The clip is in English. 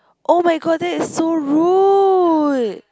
oh-my-god that is so rude